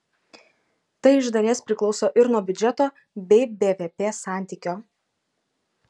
tai iš dalies priklauso ir nuo biudžeto bei bvp santykio